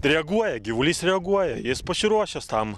reaguoja gyvulys reaguoja jis pasiruošęs tam